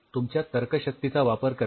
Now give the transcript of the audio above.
तुमच्या तर्कशक्तीचा वापर करा